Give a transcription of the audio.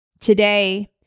Today